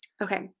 Okay